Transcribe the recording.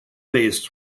based